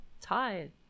tired